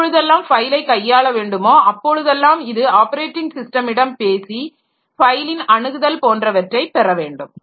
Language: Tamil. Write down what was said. எப்பொழுதெல்லாம் ஃபைலை கையாள வேண்டுமோ அப்பொழுதெல்லாம் இது ஆப்பரேட்டிங் ஸிஸ்டமிடம் பேசி ஃபைலின் அணுகுதல் போன்றவற்றை பெறவேண்டும்